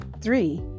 Three